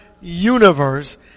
universe